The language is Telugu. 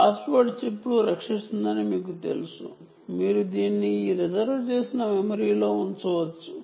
పాస్వర్డ్ చిప్ను రక్షిస్తుందని మీకు తెలుసు మీరు దీన్ని ఈ రిజర్వు చేసిన మెమరీలో ఉంచవచ్చు